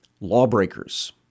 lawbreakers